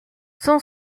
son